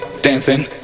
dancing